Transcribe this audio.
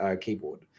keyboard